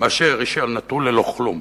מאשר יישאר נטול ללא כלום.